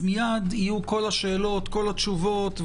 מייד יהיו כל השאלות והתשובות.